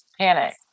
panic